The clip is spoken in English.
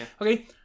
Okay